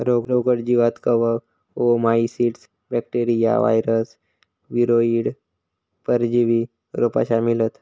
रोगट जीवांत कवक, ओओमाइसीट्स, बॅक्टेरिया, वायरस, वीरोइड, परजीवी रोपा शामिल हत